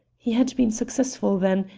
he had been successful, then,